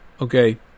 Okay